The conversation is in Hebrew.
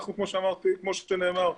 כמו שנאמר,